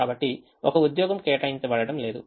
కాబట్టి ఒక ఉద్యోగం కేటాయించబడటం లేదు